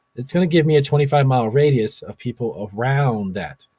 it's gonna give me a twenty five mile radius of people around that,